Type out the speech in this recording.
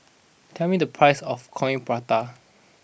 tell me the price of Coin Prata